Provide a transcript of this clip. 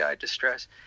distress